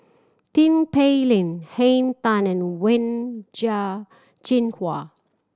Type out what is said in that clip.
Tin Pei Ling Henn Tan and Wen Jinhua